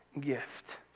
gift